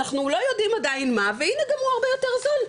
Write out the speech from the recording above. אנחנו לא יודעים עדיין מה והנה הוא גם הרבה יותר זול,